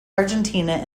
argentina